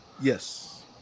Yes